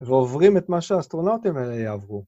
ועוברים את מה שהאסטרונאוטים האלה יעברו.